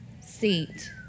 seat